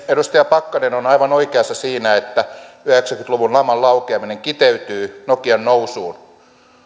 edustaja pakkanen on aivan oikeassa siinä että yhdeksänkymmentä luvun laman laukeaminen kiteytyy nokian nousuun